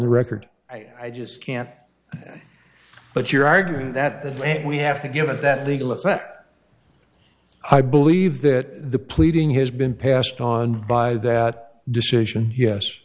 record i just can't but you're arguing that we have to give that legal effect i believe that the pleading has been passed on by that decision yes